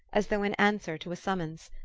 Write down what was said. as though in answer to a summons.